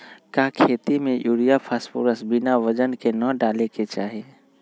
का खेती में यूरिया फास्फोरस बिना वजन के न डाले के चाहि?